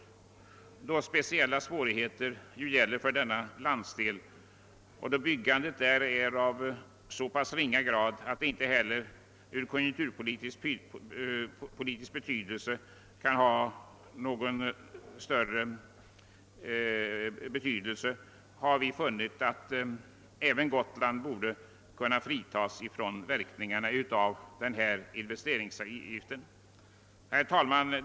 Eftersom speciella svårigheter gäller för denna landsdel och då byggandet där sker i så pass ringa grad att det inte kan vara av någon större betydelse för konjunkturen, har vi som sagt funnit att även Gotland borde kunna fritas från verkningarna av investeringsavgiften. Herr talman!